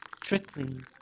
trickling